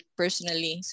personally